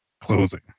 closing